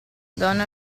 donna